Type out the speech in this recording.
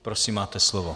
Prosím máte slovo.